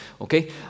Okay